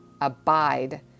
abide